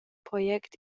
project